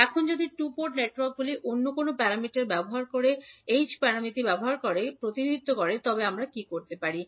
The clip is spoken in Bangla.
এখন যদি টু পোর্ট নেটওয়ার্কগুলি অন্য কোনও প্যারামিটার ব্যবহার করে h প্যারামিটার ব্যবহার করে প্রতিনিধিত্ব করে তবে আমরা কী করতে পারি